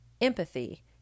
empathy